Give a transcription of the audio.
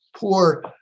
poor